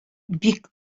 бик